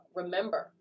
remember